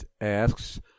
asks